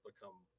become